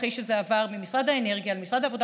אחרי שזה עבר ממשרד האנרגיה למשרד העבודה